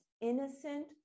innocent